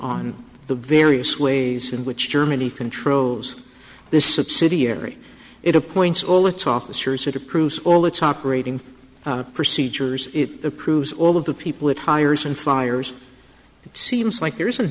on the various ways in which germany controls this subsidiary it appoints all its officers it approves all its operating procedures it approves all of the people it hires and fires it seems like there isn't